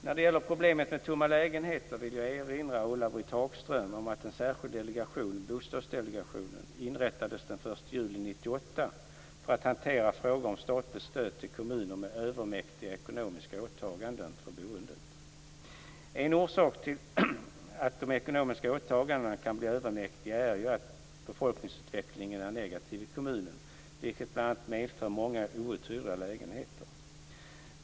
När det gäller problemet med tomma lägenheter vill jag erinra Ulla-Britt Hagström om att en särskild delegation - Bostadsdelegationen - inrättades den 1 juli 1998 för att hantera frågor om statligt stöd till kommuner med övermäktiga ekonomiska åtaganden för boendet. En orsak till att de ekonomiska åtagandena kan bli övermäktiga är ju att befolkningsutvecklingen är negativ i kommunen, vilket bl.a. medför många outhyrda lägenheter.